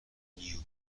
you